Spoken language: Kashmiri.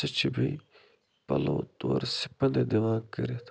سُہ چھُ بیٚیہِ پَلو تورٕ سِپِن تہِ دِوان کٔرِتھ